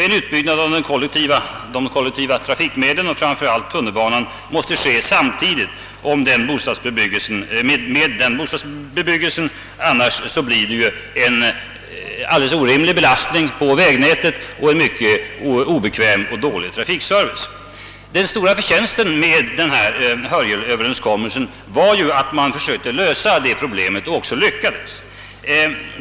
En utbyggnad av de kollektiva trafikmedlen, framför allt av tunnelbanan, måste ske samtidigt som detta bostadsbyggande; annars blir det en alldeles orimlig belastning på vägnätet och en mycket obekväm och dålig trafikservice. Den stora förtjänsten med Hörjelöverenskommelsen var att man försökte lösa detta problem och också lyckades.